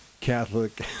Catholic